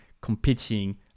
competing